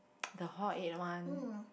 the hall eight one